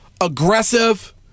aggressive